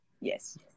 yes